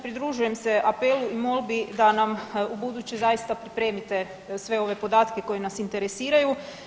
Pridružujem se apelu i molbi da nam ubuduće zaista pripremite sve ove podatke koji nas interesiraju.